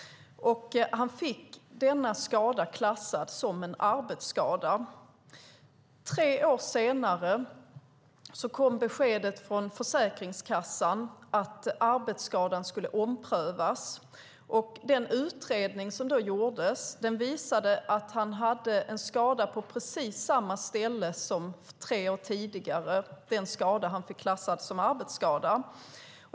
Han fick denna skada klassad som en arbetsskada. Tre år senare kom besked från Försäkringskassan om att arbetsskadan skulle omprövas. Den utredning som då gjordes visade att han hade en skada på precis samma ställe som tre år tidigare - det var den skada han fick klassad som arbetsskada.